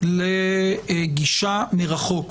לגישה מרחוק,